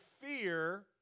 fear